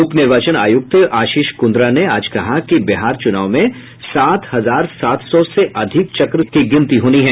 उप निर्वाचन आयुक्त आशीष कुन्द्रा ने आज कहा कि बिहार चुनाव में सात हजार सात सौ से अधिक चक्र से अधिक की गिनती होनी है